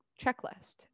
checklist